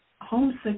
homesick